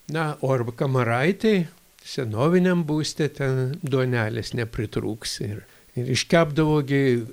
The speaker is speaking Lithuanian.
na o ar kamaraitėj senoviniam būste ten duonelės nepritrūksi ir ir iškepdavo gi